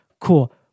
Cool